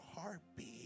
heartbeat